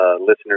listeners